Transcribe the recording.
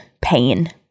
Pain